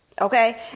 Okay